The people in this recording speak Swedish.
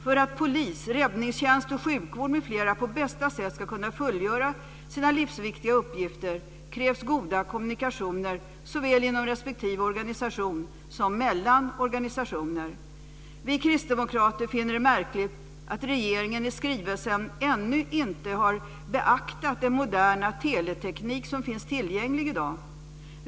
För att polis, räddningstjänst och sjukvård m.fl. på bästa sätt ska kunna fullgöra sina livsviktiga uppgifter krävs goda kommunikationer såväl inom respektive organisation som mellan organisationer. Vi kristdemokrater finner det märkligt att regeringen i skrivelsen ännu inte har beaktat den moderna teleteknik som finns tillgänglig i dag.